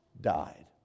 died